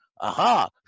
Aha